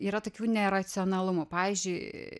yra tokių neracionalumų pavyzdžiui